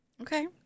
Okay